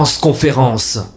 conférence